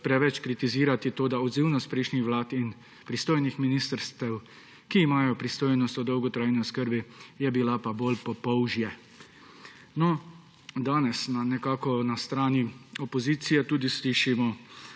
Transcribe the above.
preveč kritizirati, toda odzivnost prejšnjih vlad in pristojnih ministrstev, ki imajo pristojnost o dolgotrajni oskrbi, je bila pa bolj po polžje. No, danes nekako na strani opozicije tudi slišimo